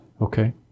Okay